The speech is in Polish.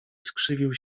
skrzywił